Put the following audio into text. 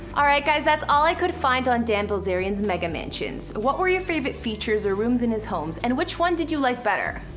aright guys, that's all i could find on dan bilzerian's mega mansions. what were your favorite features or rooms in his homes? and which one did you like better?